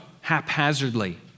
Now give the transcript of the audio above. haphazardly